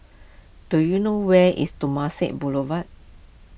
do you know where is Temasek Boulevard